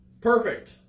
perfect